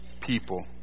people